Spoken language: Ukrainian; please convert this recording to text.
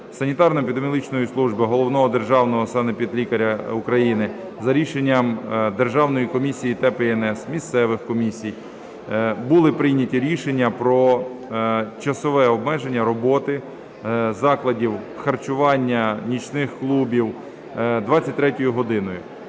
санітарно-епідеміологічної служби, Головного державного санепідлікаря України, за рішенням Державної комісії ТЕБ і НС, місцевих комісій були прийняті рішення про часове обмеження роботи закладів харчування нічних клубів 23-ю годиною.